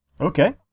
Okay